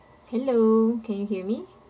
hello can you hear me